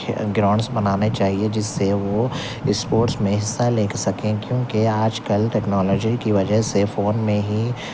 grounds بنانے چاہیے جس سے وہ اسپورٹس میں حصہ لے سکیں کیونکہ آج کل ٹیکنالوجی کی وجہ سے فون میں ہی